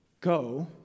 Go